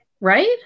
right